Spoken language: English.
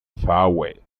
faraway